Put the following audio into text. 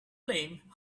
flame